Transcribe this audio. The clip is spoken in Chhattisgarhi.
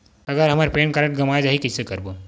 अगर हमर पैन कारड गवां जाही कइसे करबो?